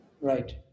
Right